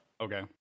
Okay